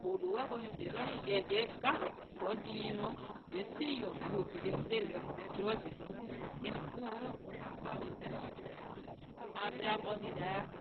:koo: :due or-: nyor+ :dhe 'i, jorwor :yee' deh 'jeh :dha dii-deh+-a ne-dih 'o deh 'jeh, :yee' 'si-: glu-peleh-: 'peleh-:, :mor zorn zen :glaa'e :yee' me-: :an dhe 'o 'yli-dih 'de 'yluh-a buh+ :meheh' 'sorn 'di :me-: a di 'de jorwor a 'bhorn dii-deh dih 'de a pi.